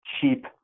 cheap